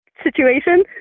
situation